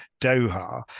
Doha